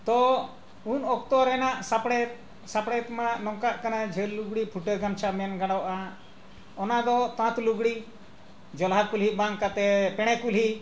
ᱛᱚ ᱩᱱ ᱚᱠᱛᱚ ᱨᱮᱱᱟᱜ ᱥᱟᱯᱲᱮᱫ ᱥᱟᱯᱲᱮᱫ ᱢᱟ ᱱᱚᱝᱠᱟᱜ ᱠᱟᱱᱟ ᱡᱷᱟᱹᱞ ᱞᱩᱜᱽᱲᱤᱡ ᱯᱷᱩᱴᱟᱹ ᱜᱟᱢᱪᱷᱟ ᱢᱮᱱ ᱜᱟᱲᱚᱜᱼᱟ ᱚᱱᱟ ᱫᱚ ᱛᱟᱸᱛ ᱞᱩᱜᱽᱲᱤᱡ ᱡᱚᱞᱦᱟ ᱠᱩᱞᱦᱤ ᱵᱟᱝ ᱠᱟᱛᱮᱫ ᱯᱮᱬᱮ ᱠᱩᱞᱦᱤ